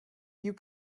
you